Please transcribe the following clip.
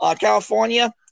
california